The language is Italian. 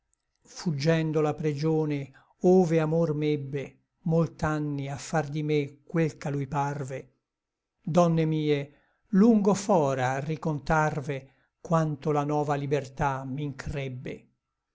fuggendo la pregione ove amor m'ebbe molt'anni a far di me quel ch'a lui parve donne mie lungo fra a ricontarve quanto la nova libertà m'increbbe